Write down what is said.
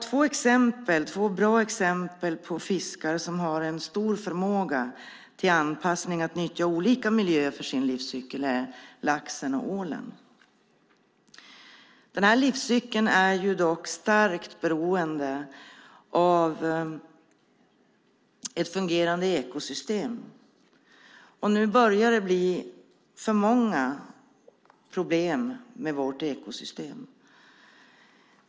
Två bra exempel på fiskar som har en stor förmåga till anpassning och nyttja olika miljöer för sin livscykel är laxen och ålen. Den livscykeln är starkt beroende av ett fungerande ekosystem, och nu börjar det bli för många problem med vårt ekosystem.